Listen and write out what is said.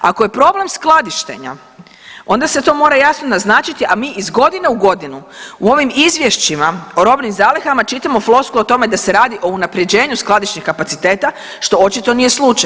Ako je problem skladištenja, onda se to mora jasno naznačiti, a mi iz godine u godinu u ovim izvješćima o robnim zalihama čitamo floskule o tome da se radi o unapređenju skladišnih kapaciteta što očito nije slučaj.